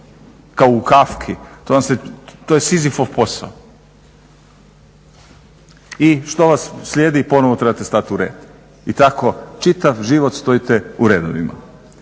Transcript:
kao u Kafki, to je sizifov posao. I što vas slijedi? Ponovno trebate stati u red. I tako čitav život stojite u redovima.